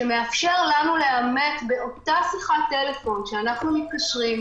והוא מאפשר לנו לאמת באותה שיחת טלפון כשאנחנו מתקשרים.